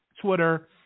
Twitter